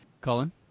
Colin